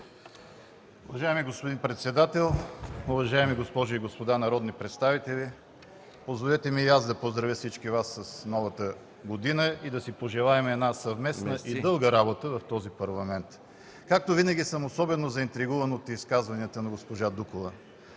Уважаеми господин председател, уважаеми госпожи и господа народни представители! Позволете ми и аз да поздравя всички Вас с Новата година и да си пожелаем съвместна и дълга работа в този Парламент. Както винаги съм особено заинтригуван от изказванията на госпожа Дукова.